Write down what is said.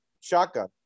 Shotgun